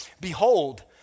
Behold